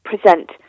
present